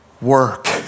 work